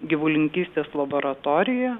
gyvulininkystės laboratorija